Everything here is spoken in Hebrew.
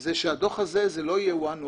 זה שהדוח הזה לא יהיה one of,